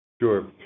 Sure